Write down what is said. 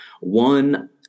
One